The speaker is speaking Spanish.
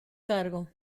cargo